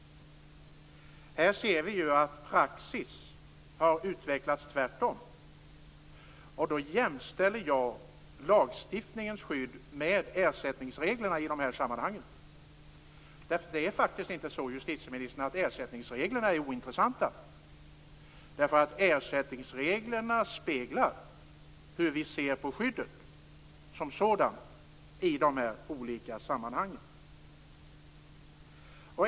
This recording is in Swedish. Här ser vi ju att praxis har utvecklats tvärtom, och då jämställer jag lagstiftningens skydd med ersättningsreglerna i de här sammanhangen. Det är faktiskt inte så, justitieministern, att ersättningsreglerna är ointressanta. Ersättningsreglerna speglar hur vi ser på skyddet som sådant i de här olika sammanhangen.